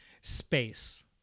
space